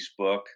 Facebook